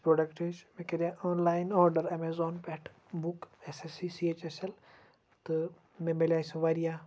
first پروڈَکٹٕچ مےٚ کَرے آنلایِن آرڈَر ایٚمیزان پٮ۪ٹھ book S S C H L تہٕ مےٚ مِلِیے سۄ واریاہ